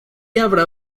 habrá